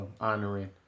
honoring